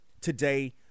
today